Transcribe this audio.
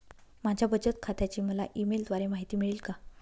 माझ्या बचत खात्याची मला ई मेलद्वारे माहिती मिळेल का?